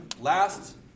last